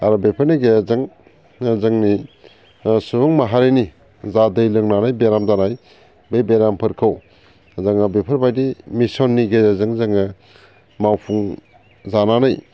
आरो बेफोरनि गेजेरजों जोंनि सुबुं माहारिनि जा दै लोंनानै बेराम जानाय बे बेरामफोरखौ जोंहा बेफोरबायदि मिसननि गेजेरजों जोङो मावफुंजानानै